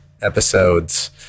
episodes